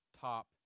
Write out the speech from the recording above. top